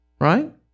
Right